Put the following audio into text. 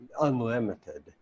unlimited